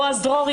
בועז דרורי,